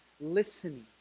listening